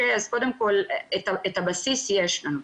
אז קודם כל את הבסיס יש לנו.